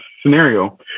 scenario